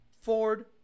Ford